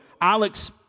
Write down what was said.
Alex